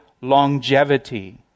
longevity